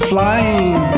flying